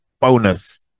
bonus